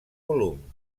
volum